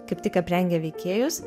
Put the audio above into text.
kaip tik aprengė veikėjus